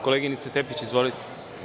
Koleginice Tepić, izvolite.